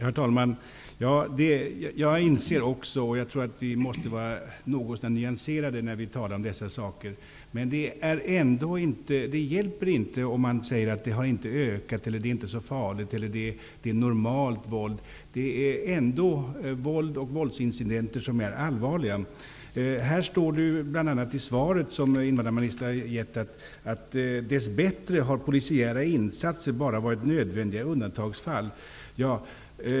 Herr talman! Jag inser också att vi måste vara nyanserade när vi talar om dessa saker. Det hjälper ändå inte att säga att våldet inte har ökat, att det inte är så farligt våld eller att det är normalt våld. Det rör sig ändå om våldsincidenter som är allvarliga. Det står i svaret som invandrarministern gav att polisiära insatser dess bättre bara varit nödvändiga i undantagsfall.